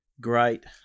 great